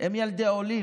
הם ילדי עולים.